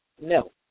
No